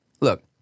Look